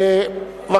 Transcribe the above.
קריאה טרומית,